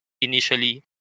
initially